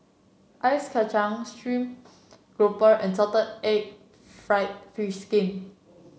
Ice Kachang stream grouper and Salted Egg fried fish skin